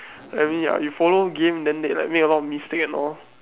I mean ya you follow game then they like make a lot mistakes and all